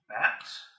Max